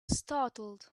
startled